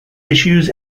issues